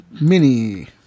Mini